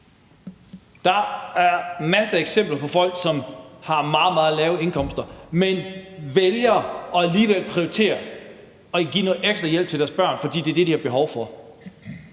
Der er masser af eksempler på folk, som har meget, meget lave indkomster, men alligevel vælger at prioritere og give noget ekstra hjælp til deres børn, fordi det er det, de har behov for.